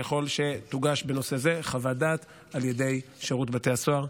ככל שתוגש לשופט בנושא זה חוות דעת על ידי שירות בתי הסוהר.